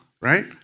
Right